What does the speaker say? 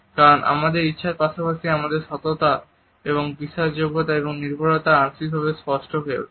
কারণ আমাদের ইচ্ছার পাশাপাশি আমাদের সততা এবং বিশ্বাস যোগ্যতা এবং নির্ভরতা আংশিকভাবে স্পষ্ট হয়ে ওঠে